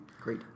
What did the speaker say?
Great